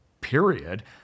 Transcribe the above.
period